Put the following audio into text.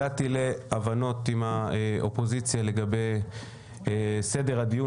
הגעתי להבנות עם האופוזיציה לגבי סדר הדיון